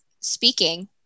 speaking